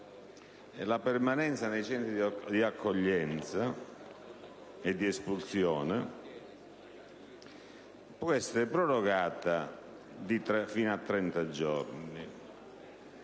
La permanenza nei Centri di accoglienza e di espulsione può essere prorogata fino a 30 giorni;